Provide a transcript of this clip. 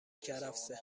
کرفسه